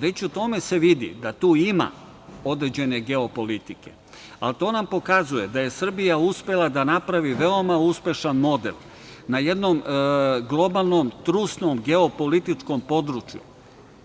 Već u tome se vidi da tu ima određene geopolitike, ali to nam pokazuje da je Srbija uspela da napravi veoma uspešan model, na jednom globalnom trusnom geopolitičkom području,